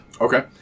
Okay